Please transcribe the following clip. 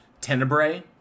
Tenebrae